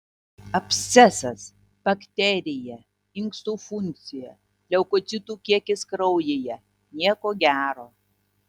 abscesas bakterija inkstų funkcija leukocitų kiekis kraujyje nieko gero